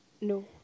No